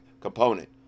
component